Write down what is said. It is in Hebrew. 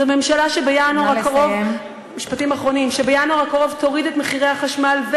זו ממשלה שבינואר הקרוב,